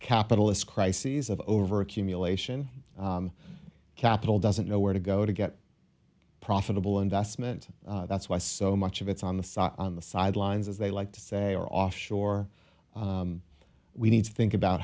capitalist crises of over accumulation capital doesn't know where to go to get profitable investment that's why so much of it's on the on the sidelines as they like to say or off shore we need to think about